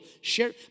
share